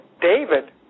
David